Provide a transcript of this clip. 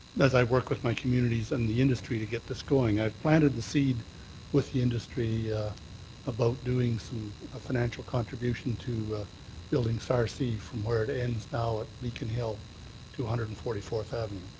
as i work with my communities and the industry to get this going. i've planted the seed with the industry about doing some a financial contribution to building sarcee from where it ends now at beacon hill to one hundred and forty fourth avenue.